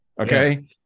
Okay